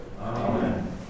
Amen